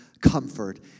comfort